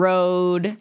Road